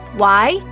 why?